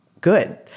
good